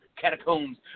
catacombs